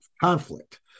conflict